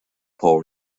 paul